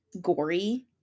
gory